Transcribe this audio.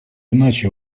иначе